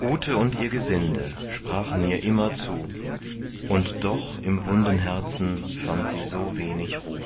ute und ihr gesinde sprachen ihr immer zu und doch im wunden herzen fand sie so wenig ruh